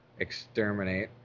Exterminate